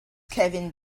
kevin